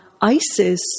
ISIS